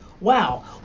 Wow